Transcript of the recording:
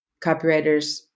copywriters